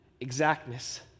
exactness